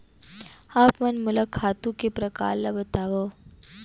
आप मन मोला खातू के प्रकार ल बतावव?